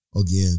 again